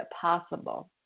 possible